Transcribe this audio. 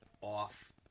off